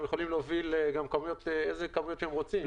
לכן הם יכולים להוביל איזה כמות שהם רוצים.